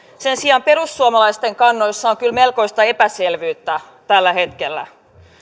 sen sijaan perussuomalaisten kannoissa on kyllä melkoista epäselvyyttä tällä hetkellä